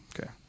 Okay